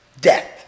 death